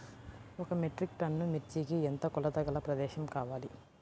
ఒక metric ton మిర్చికి ఎంత కొలతగల ప్రదేశము కావాలీ?